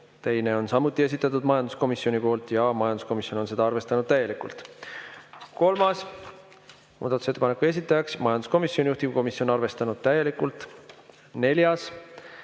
Teise on samuti esitanud majanduskomisjon ja majanduskomisjon on seda arvestanud täielikult. Kolmas muudatusettepanek, esitaja majanduskomisjon, juhtivkomisjon on arvestanud täielikult. Neljas,